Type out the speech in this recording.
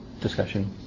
discussion